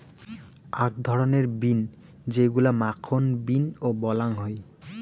আক ধরণের বিন যেইগুলা মাখন বিন ও বলাং হই